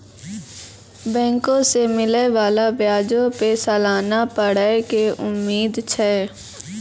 बैंको से मिलै बाला ब्याजो पे सलाना बढ़ै के उम्मीद छै